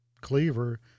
cleaver